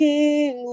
King